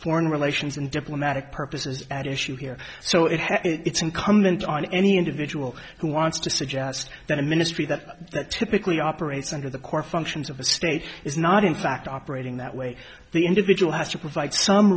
foreign relations and diplomatic purpose is at issue here so it has it's incumbent on any individual who wants to suggest that a ministry that typically operates under the core functions of a state is not in fact operating that way the individual has to provide some